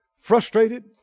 frustrated